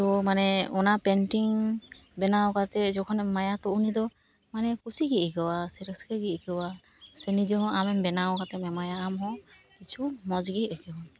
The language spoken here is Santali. ᱛᱚ ᱢᱟᱱᱮ ᱚᱱᱟ ᱯᱮᱱᱴᱤᱝ ᱵᱮᱱᱟᱣ ᱠᱟᱛᱮ ᱡᱚᱠᱷᱚᱱᱮᱢ ᱮᱢᱟᱭᱟ ᱛᱚ ᱩᱱᱤ ᱫᱚ ᱢᱟᱱᱮ ᱠᱩᱥᱤ ᱜᱮ ᱟᱹᱭᱠᱟᱹᱣᱟ ᱥᱮ ᱨᱟᱹᱥᱠᱟᱹ ᱜᱮ ᱟᱹᱭᱠᱟᱹᱣᱟ ᱥᱮ ᱱᱤᱡᱮ ᱦᱚᱸ ᱟᱢᱮᱢ ᱵᱮᱱᱟᱣ ᱠᱟᱛᱮᱢ ᱮᱢᱟᱭᱟ ᱟᱢᱦᱚᱸ ᱠᱤᱪᱷᱩ ᱢᱚᱡᱽ ᱜᱮ ᱟᱹᱭᱠᱟᱹᱣᱟ